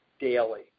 daily